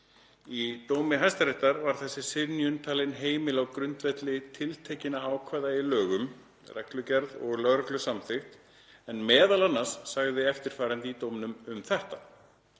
Í dómi Hæstaréttar var þessi synjun talin heimil á grundvelli tiltekinna ákvæða í lögum, reglugerð og lögreglusamþykkt, en meðal annars sagði eftirfarandi í dóminum um þetta: